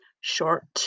short